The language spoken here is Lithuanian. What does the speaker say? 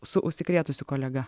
su užsikrėtusiu kolega